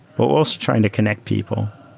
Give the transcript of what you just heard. but we're also trying to connect people,